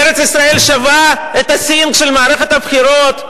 ארץ-ישראל שווה את ה"סינק" של מערכת הבחירות?